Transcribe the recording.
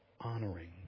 honoring